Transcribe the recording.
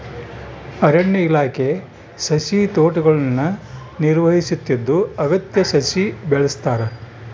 ಅರಣ್ಯ ಇಲಾಖೆ ಸಸಿತೋಟಗುಳ್ನ ನಿರ್ವಹಿಸುತ್ತಿದ್ದು ಅಗತ್ಯ ಸಸಿ ಬೆಳೆಸ್ತಾರ